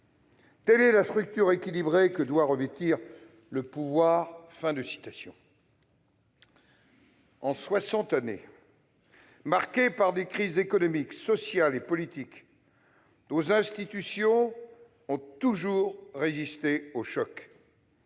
Telle est la structure équilibrée que doit revêtir le pouvoir. » En soixante années, marquées par des crises économiques, sociales et politiques, nos institutions ont toujours résisté aux chocs.